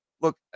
look